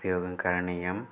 उपयोगं करणीयम्